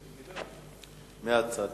מהצד.